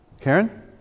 Karen